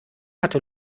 hatte